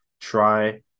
try